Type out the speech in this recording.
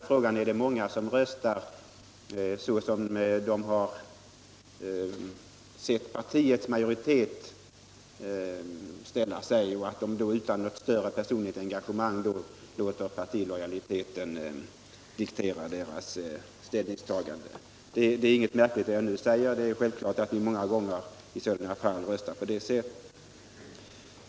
fråga är det många som röstar så som de har sett partiets majoritet ställa sig och att de då utan något större personligt engagemang låter partilojaliteten diktera ställningstagandet. Det jag nu säger är inget märkligt. Det är självklart att vi många gånger i sådana fall röstar på det sättet.